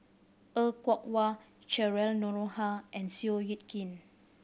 Er Kwong Wah Cheryl Noronha and Seow Yit Kin